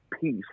peace